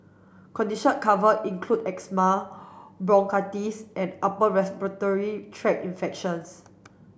condition covered include asthma bronchitis and upper respiratory tract infections